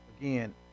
again